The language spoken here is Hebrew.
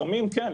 כן,